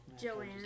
Joanne